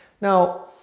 Now